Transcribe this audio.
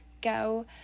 go